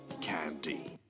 Candy